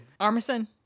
Armisen